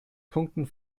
punkten